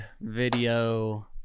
video